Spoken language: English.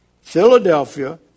Philadelphia